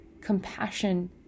compassion